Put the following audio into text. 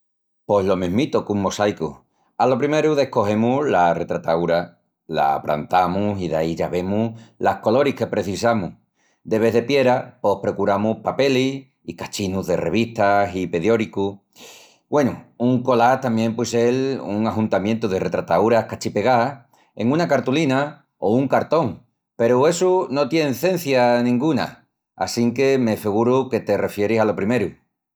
Pos lo mesmitu que un mosaicu. Alo primeru descogemus la retrataúra, la prantamus i daí ya vemus las coloris que precisamus. De vés de pieras pos precuramus papelis i cachinus de revistas i pedióricus. Güenu, un collage tamién puei sel un ajuntamientu de retrataúras cachipegás en una cartulina o un cartón peru essu no tien cencia nenguna assinque me feguru que te refieris alo primeru.